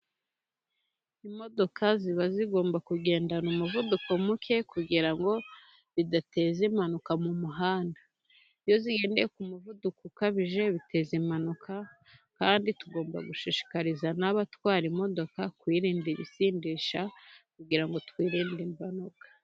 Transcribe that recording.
Imodoka ziba zigomba kugendana umuvuduko muke, kugira ngo bidateza impanuka mu muhanda, iyo zigendeye ku muvuduko ukabije biteza impanuka, kandi tugomba gushishikariza n' abatwara imodoka kwirinda ibisindisha, kugira ngo twirinde impanuka.